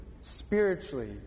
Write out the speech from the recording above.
spiritually